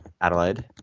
Adelaide